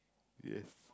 yes